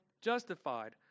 justified